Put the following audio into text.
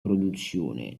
produzione